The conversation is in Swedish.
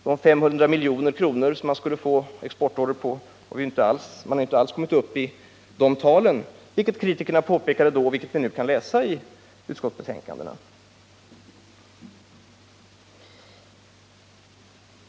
Det sades då att vi skulle få exportorder på 500 milj.kr., men vi har inte alls kommit upp i de talen. Redan vid inträdet påpekades det av kritikerna att vi inte skulle göra det, och nu kan vi läsa det i utskottsbetänkandet.